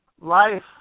Life